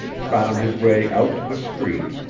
found his way out to the street,